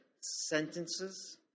sentences